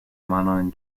manojn